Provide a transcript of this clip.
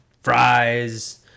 fries